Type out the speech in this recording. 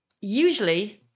Usually